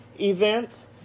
event